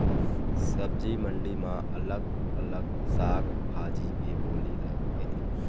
सब्जी मंडी म अलग अलग साग भाजी के बोली लगथे